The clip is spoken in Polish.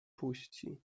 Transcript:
puści